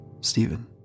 Stephen